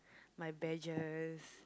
my badges